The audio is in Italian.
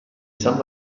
san